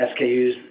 SKUs